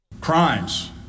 Crimes